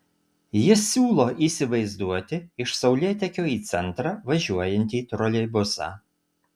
jis siūlo įsivaizduoti iš saulėtekio į centrą važiuojantį troleibusą